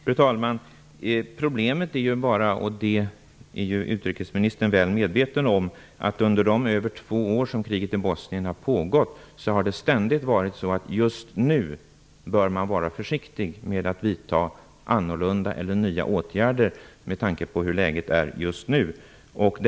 Fru talman! Problemet är ju bara att det under de över två år som kriget i Bosnien har pågått ständigt har sagts att man bör vara försiktig med att vidta annorlunda eller nya åtgärder just nu med tanke på hur läget är. Det är utrikesministern väl medveten om.